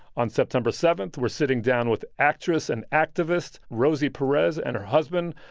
on september seven, we're sitting down with actress and activist rosie perez and her husband,